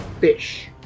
fish